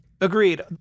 agreed